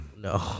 No